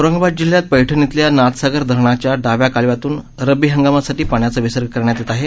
औरंगाबाद जिल्ह्यात पैठण इथल्या नाथसागर धरणाच्या डाव्या कालव्यातून रब्बी हंगामासाठी पाण्याचा विसर्ग करण्यात येत आहे